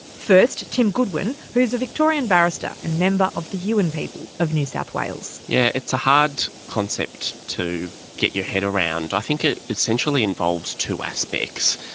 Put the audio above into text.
first, tim goodwin, who is a victorian barrister and member of the yuin people of new south wales. yes, yeah it's a hard concept to get your head around. i think it essentially involves two aspects.